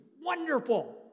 wonderful